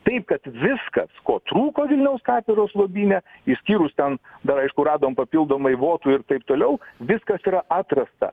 taip kad viskas ko trūko vilniaus katedros lobyne išskyrus ten dar aišku radom papildomai votų ir taip toliau viskas yra atrasta